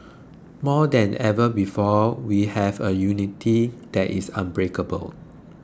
more than ever before we have a unity that is unbreakable